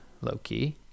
low-key